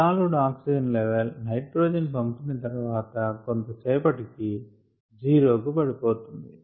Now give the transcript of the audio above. dissolved oxygen level nitrogen పంపిన తర్వాత కొంత సేపటికి '0' కు పడిపోతుంది